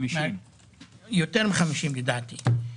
50. יותר מ-50 לדעתי.